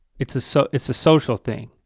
it's so it's a social thing.